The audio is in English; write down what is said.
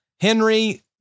Henry